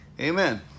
Amen